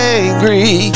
angry